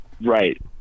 right